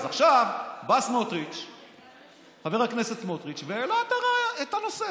אז עכשיו בא חבר הכנסת סמוטריץ' והעלה את הנושא.